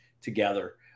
together